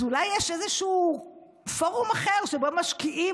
אז אולי יש איזשהו פורום אחר שבו משקיעים